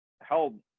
held